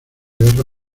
guerra